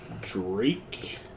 Drake